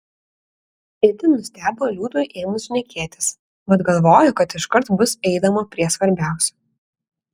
itin nustebo liūtui ėmus šnekėtis mat galvojo kad iškart bus einama prie svarbiausio